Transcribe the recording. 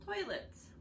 toilets